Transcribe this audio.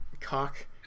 cock